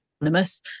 anonymous